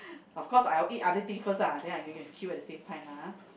of course I will eat other things first ah then I can queue at the same time lah